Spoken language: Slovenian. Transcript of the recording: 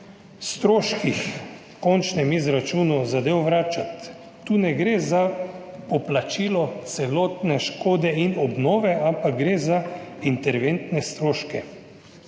stroških, končnem izračunu zadev vračati. Tu ne gre za poplačilo celotne škode in obnove, ampak gre za interventne stroške.